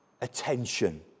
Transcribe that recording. attention